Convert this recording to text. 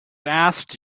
asked